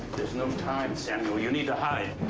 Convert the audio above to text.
there's no time, samuel. you need to hide.